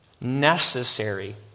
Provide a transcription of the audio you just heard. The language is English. necessary